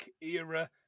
era